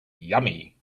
yummy